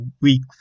Week